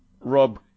Rob